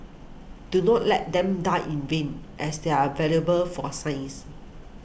do not let them die in vain as they are valuable for science